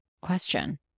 question